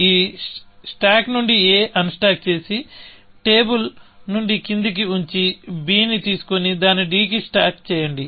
ఈ స్టాక్ నుండి a unstack చేసి టేబుల్ నుండి క్రిందికి ఉంచి b ని తీసుకొని దానిని d కి స్టాక్ చేయండి